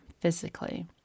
physically